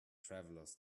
travelers